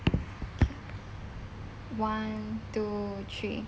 one two three